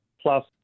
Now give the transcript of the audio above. plus